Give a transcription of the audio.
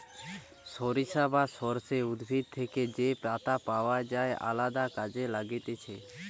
সরিষা বা সর্ষে উদ্ভিদ থেকে যে পাতা পাওয় যায় আলদা কাজে লাগতিছে